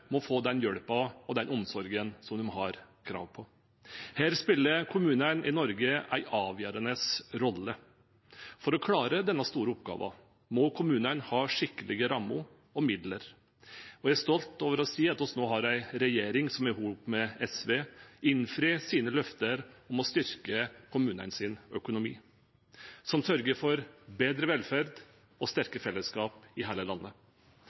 få den hjelpen og den omsorgen de har krav på. Her spiller kommunene i Norge en avgjørende rolle. For å klare denne store oppgaven må kommunene ha skikkelige rammer og midler, og jeg er stolt over å si at vi nå har en regjering som i hop med SV innfrir sine løfter om å styrke kommunenes økonomi, og som sørger for bedre velferd og sterke fellesskap i hele landet.